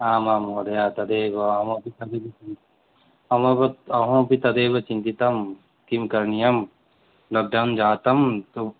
आम् आं महोदया तदेव अहमपि अभवत् अहमपि तदेव चिन्तितं किं करणीयं लब्धं जातं तु